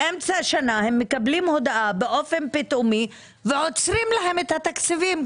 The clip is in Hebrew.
באמצע שנה הם מקבלים הודעה באופן פתאומי ועוצרים להם את התקציבים.